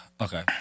Okay